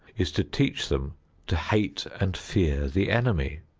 is to teach them to hate and fear the enemy.